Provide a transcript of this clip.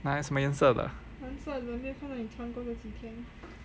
!huh! 什么颜色了